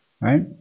right